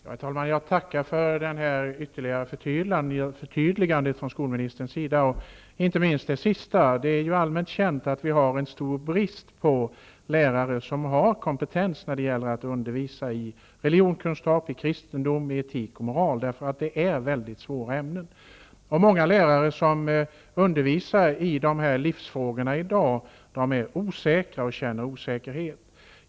Herr talman! Jag tackar för detta ytterligare förtydligande från skolministern, inte minst det sista hon sade. Det är ju allmänt känt att vi har en stor brist på lärare som har kompetens att undervisa i religionskunskap, kristendom, etik och moral. Det är nämligen mycket svåra ämnen. Många lärare som i dag undervisar i dessa livsfrågor känner osäkerhet.